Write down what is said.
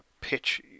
pitch